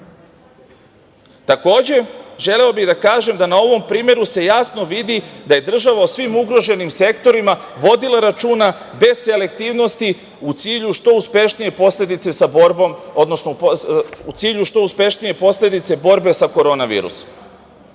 meseci. Takođe, želeo bi da kažem da na ovom primeru se jasno vidi da je država o svim ugroženim sektorima vodila računa, bez selektivnosti u cilju što uspešnije posledice borbe sa korona